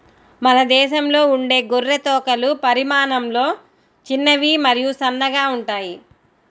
మన దేశంలో ఉండే గొర్రె తోకలు పరిమాణంలో చిన్నవి మరియు సన్నగా ఉంటాయి